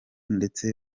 ndetse